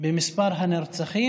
במספר הנרצחים.